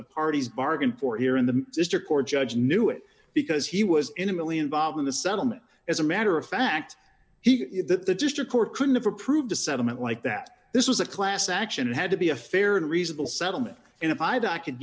the parties bargained for here in the district court judge knew it because he was intimately involved in the settlement as a matter of fact he that the district court couldn't have approved a settlement like that this was a class action had to be a fair and reasonable settlement and if i